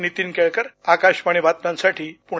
नीतीन केळकर आकाशवाणी बातम्यांसाठी पुणे